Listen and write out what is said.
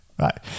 right